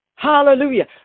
Hallelujah